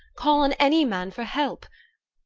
call on any man for help?